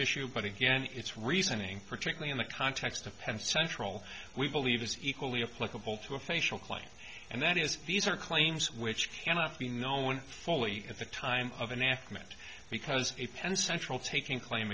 issue but again it's reasoning particularly in the context of penn central we believe is equally a flexible to a facial claim and that is these are claims which cannot be known fully at the time of enactment because a penn central taking claim